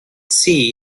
see